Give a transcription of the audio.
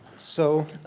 so,